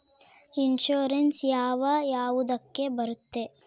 Insurance ಯಾವ ಯಾವುದಕ್ಕ ಬರುತ್ತೆ?